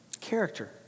Character